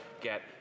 get